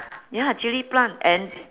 ya chilli plant and